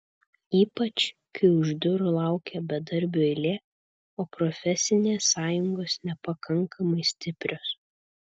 ypač kai už durų laukia bedarbių eilė o profesinės sąjungos nepakankamai stiprios